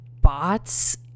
bots